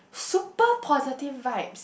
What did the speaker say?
super positive vibes